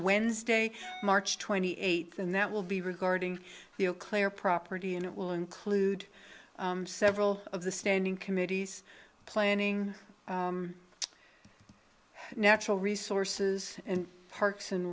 wednesday march twenty eighth and that will be regarding the auclair property and it will include several of the standing committees planning natural resources and parks